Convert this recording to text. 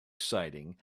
exciting